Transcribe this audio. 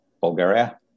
Bulgaria